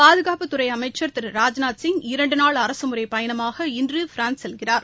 பாதுகாப்புத்துறை அமைச்சர் திரு ராஜ்நாத் சிங் இரண்டு நாள் அரசுமுறை பயணமாக இன்று பிரான்ஸ் செல்கிறார்